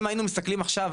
אם היינו מסתכלים עכשיו,